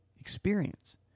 experience